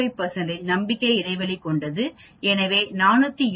96 95 நம்பிக்கை இடைவெளி கொண்டது எனவே 470